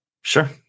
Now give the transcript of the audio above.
Sure